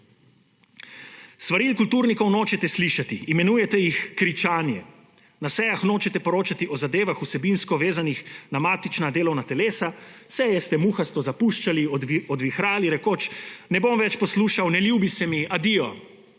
Svaril kulturnikov nočete slišati, imenujete jih kričanje. Na sejah nočete poročati o zadevah, vsebinsko vezanih na matična delovna telesa, seje ste muhasto zapuščali, odvihrali, rekoč: »Ne bom več poslušal, ne ljubi se mi. Adijo!«